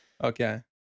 Okay